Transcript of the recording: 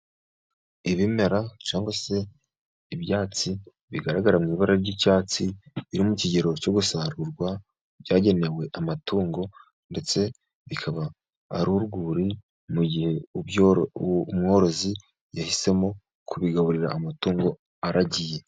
Ibimera cyangwa se ibyatsi bigaragara mu ibara ry'icyatsi biri mu kigero cyo gusarurwa, byagenewe amatungo ndetse bikaba ari urwuri, mu gihe umworozi yahisemo kubigaburira amatungo aragiye.